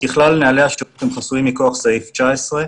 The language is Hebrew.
נהלי השירות חסויים מכוח סעיף 19,